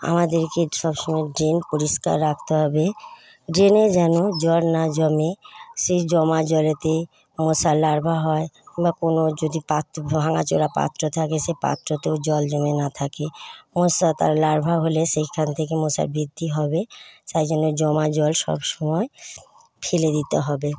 আমাদেরকে সবসময় ড্রেন পরিষ্কার রাখতে হবে ড্রেনে যেন জল না জমে সেই জমা জলেতে মশার লার্ভা হয় বা কোনো যদি পাত্র ভাঙ্গাচোড়া পাত্র থাকে সেই পাত্রতেও জল জমে না থাকে মশা তার লার্ভা হলে সেইখান থেকে মশার বৃদ্ধি হবে তাই জন্যে জমাজল সবসময় ফেলে দিতে হবে